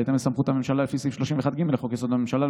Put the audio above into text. בהתאם לסמכות הממשלה לפי סעיף 31(ג) לחוק-יסוד: הממשלה,